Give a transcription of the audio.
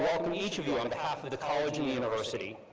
welcome each of you on behalf of the college and university.